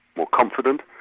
more confident,